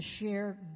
share